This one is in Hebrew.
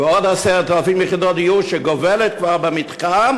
ועוד 10,000 יחידות דיור שגובלות כבר במתחם